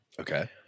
Okay